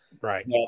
Right